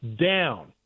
down